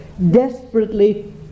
desperately